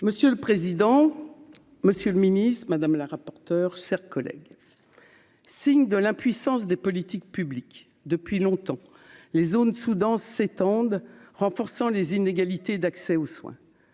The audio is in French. Monsieur le président, Monsieur le Ministre Madame la rapporteure, chers collègues, signe de l'impuissance des politiques publiques depuis longtemps les zones sous-denses s'étendent renforçant les inégalités d'accès aux soins